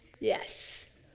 Yes